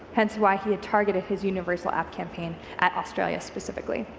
hence, why he had targeted his universal app campaign at australia specifically.